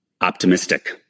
optimistic